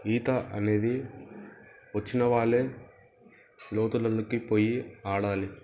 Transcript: ఈత అనేది వచ్చిన వాళ్ళే లోతులోకి పోయి ఆడాలి